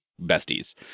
besties